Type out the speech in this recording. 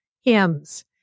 hymns